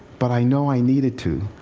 but i know i needed to.